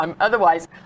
otherwise